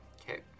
Okay